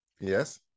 Yes